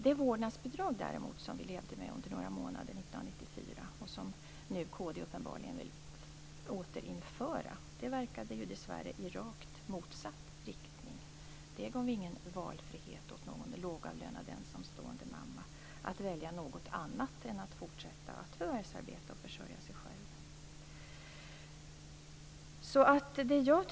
Det vårdnadsbidrag som vi levde med under några månader 1994, som kd nu uppenbarligen vill återinföra, verkade dessvärre i rakt motsatt riktning. Det gav inte valfrihet åt någon lågavlönad ensamstående mamma att välja något annat än att fortsätta att förvärvsarbeta och försörja sig själv.